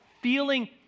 feeling